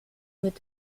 mit